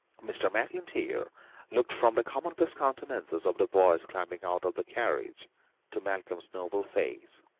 mr. maclntyre looked from the commonplace countenances of the boys climbing out of the carriage to malcolm's noble face.